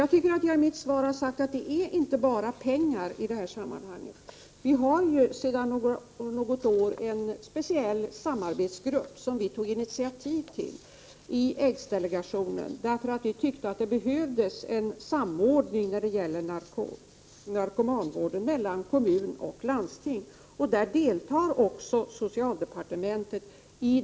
Jag har i mitt svar framhållit att det inte bara är pengar som behövs i detta sammanhang. Vi har sedan något år en speciell samarbetsgrupp, som vi tog initiativ till i aidsdelegationen, därför att vi ansåg att det behövdes en samordning av narkomanvården mellan kommuner och landsting. I det arbetet deltar också socialdepartementet.